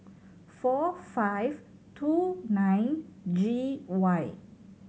four five two nine G Y